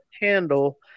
handle